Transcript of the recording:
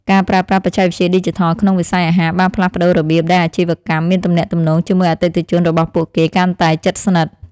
ការប្រើប្រាស់បច្ចេកវិទ្យាឌីជីថលក្នុងវិស័យអាហារបានផ្លាស់ប្តូររបៀបដែលអាជីវកម្មមានទំនាក់ទំនងជាមួយអតិថិជនរបស់ពួកគេកាន់តែជិតស្និទ្ធ។